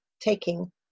taking